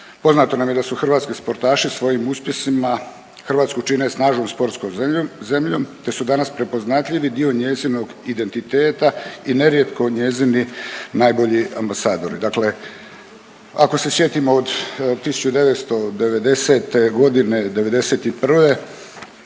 Poznato nam je da su hrvatski sportaši svojim uspjesima Hrvatsku čine snažnom sportskom zemljom te su danas prepoznatljivi dio njezinog identiteta i nerijetko njezini najbolji ambasadori. Dakle, ako se sjetimo od 1990. godine, '91.